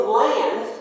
land